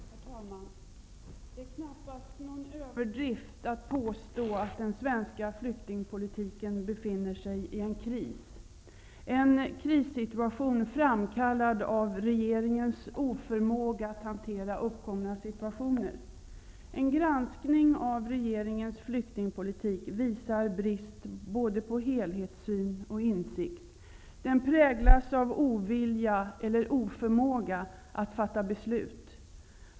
Herr talman! Det är knappast någon överdrift att påstå att den svenska flyktingpolitiken befinner sig i en kris, en krissituation framkallad av regeringens oförmåga att hantera uppkomna situationer. En granskning av regeringens flyktingpolitik visar brist på både helhetssyn och insikt. Flyktingpolitiken präglas av ovilja eller oförmåga att fatta beslut.